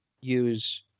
use